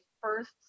first